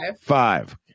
Five